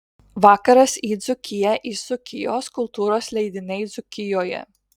vakaras į dzūkiją iš dzūkijos kultūros leidiniai dzūkijoje